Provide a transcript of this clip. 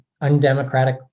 undemocratic